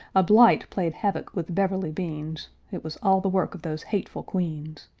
a blight played havoc with beverly beans it was all the work of those hateful queans!